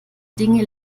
dinge